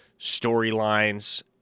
storylines